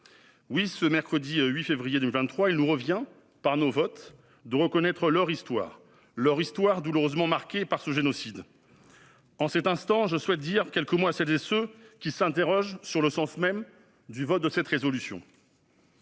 Oui, en ce mercredi 8 février 2023, il nous revient par nos votes de reconnaître leur histoire, douloureusement marquée par ce génocide. En cet instant, je souhaite dire quelques mots à celles et ceux qui s'interrogent sur le sens même du vote de cette proposition